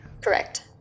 correct